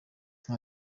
nta